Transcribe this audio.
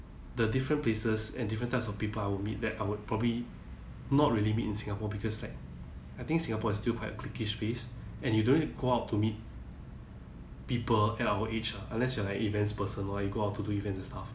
the different places and different types of people I would meet there I would probably not really meet in singapore because like I think singapore is still quite and you don't go out to meet people at our age unless you are like an events person or you go out to events and stuff